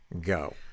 go